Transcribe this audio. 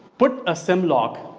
put a sim lock,